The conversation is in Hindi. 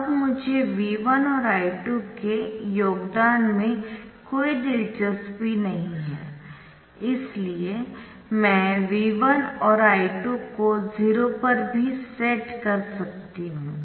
अब मुझे V1 और I2 के योगदान में कोई दिलचस्पी नहीं है इसलिए मैं V1 और I2 को 0 पर भी सेट कर सकती हूं